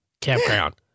Campground